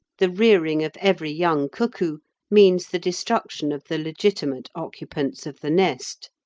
the rearing of every young cuckoo means the destruction of the legitimate occupants of the nest.